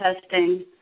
testing